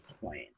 point